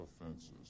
offenses